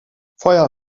feuer